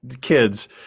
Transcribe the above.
kids